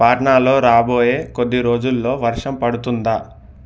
పాట్నాలో రాబోయే కొద్ది రోజుల్లో వర్షం పడుతుందా